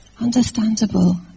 Understandable